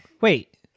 Wait